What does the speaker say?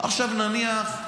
עכשיו נניח,